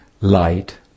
light